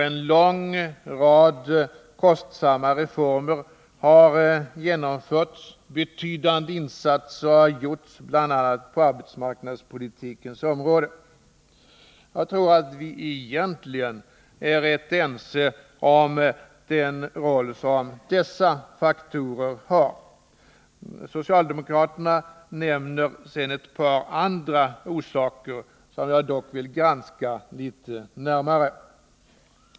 En lång rad kostsamma reformer har genomförts, betydande insatser har gjorts, bl.a. på arbetsmarknadspolitikens område. Jag tror att vi egentligen är rätt ense om den roll som dessa faktorer spelar. Socialdemokraterna nämner sedan ett par andra saker, som jag dock vill granska litet närmare.